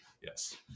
yes